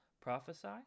prophesy